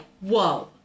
whoa